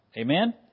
Amen